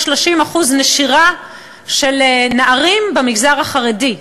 יש 30% נשירה של נערים במגזר החרדי.